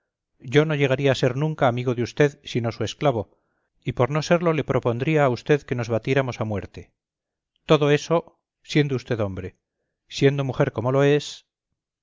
yo no llegaría a ser nunca amigo de usted sino su esclavo y por no serlo le propondría a usted que nos batiéramos a muerte todo esto siendo usted hombre siendo mujer como lo es